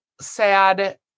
sad